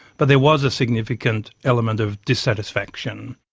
but there was a significant element of dissatisfaction.